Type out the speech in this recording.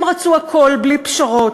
הם רצו הכול, בלי פשרות.